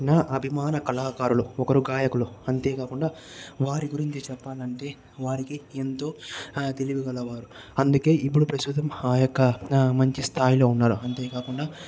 నా అభిమాన కళాకారులు ఒకరు గాయకులు అంతే కాకుండా వారి గురించి చెప్పాలంటే వారికి ఎంతో ఆ తెలివిగలవారు అందుకే ఇప్పుడు ప్రస్తుతం హా యొక్క మంచి స్థాయిలో ఉన్నారు అంతేకాకుండా